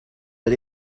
but